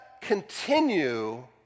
continue